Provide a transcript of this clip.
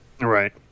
Right